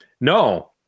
no